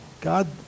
God